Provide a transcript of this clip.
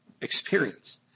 experience